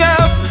up